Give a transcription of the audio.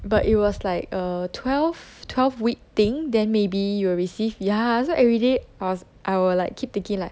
but it was like err twelve twelve week thing then maybe you will receive ya so everyday I will like keep thinking like